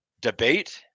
debate